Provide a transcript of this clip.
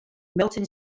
melton